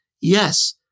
Yes